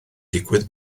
digwydd